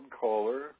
caller